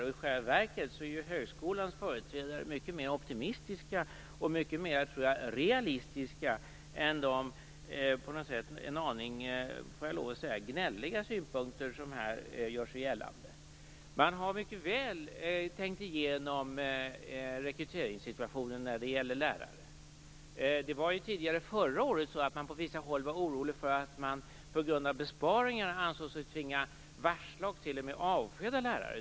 I själva verket är ju högskolans företrädare mycket mer optimistiska och mycket mer, tror jag, realistiska jämfört med de, får jag lov att säga, en aning gnälliga synpunkter som här gör sig gällande. Man har mycket väl tänkt igenom rekryteringssituationen när det gäller lärare. Det var tidigare, förra året, så att man på vissa håll var orolig för att man på grund av besparingar ansåg sig tvingad att varsla och t.o.m. avskeda lärare.